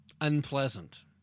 Unpleasant